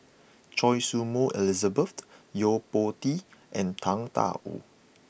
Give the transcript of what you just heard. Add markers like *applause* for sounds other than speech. Choy Su Moi Elizabeth *hesitation* Yo Po Tee and Tang Da Wu